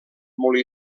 molí